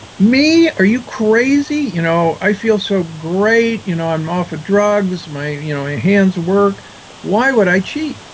me, are you crazy? you know i feel so great. you know i'm off of drugs, my you know hands work why would i cheat?